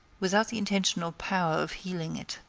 without the intention or power of healing it.